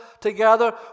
together